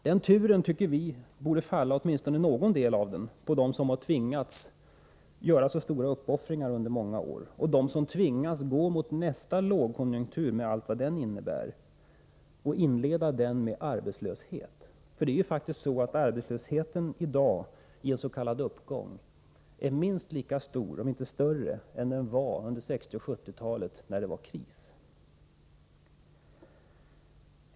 Åtminstone någon del av den turen tycker vi borde falla på dem som har tvingats göra så stora uppoffringar under många år och på dem som tvingas gå mot och inleda nästa lågkonjunktur, med allt vad den innebär, med arbetslöshet. Det är faktiskt så att arbetslösheten i dag i en s.k. uppgång är minst lika stor om inte större än den var under 1960 och 1970-talen, när det var kris.